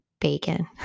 bacon